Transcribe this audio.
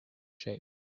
shape